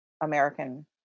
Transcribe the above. american